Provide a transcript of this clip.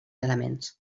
elements